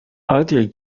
other